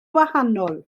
wahanol